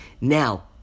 Now